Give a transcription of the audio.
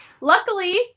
luckily